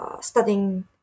studying